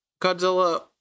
Godzilla